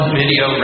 video